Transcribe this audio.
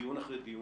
דיון אחרי דיון,